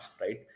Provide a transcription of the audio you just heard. right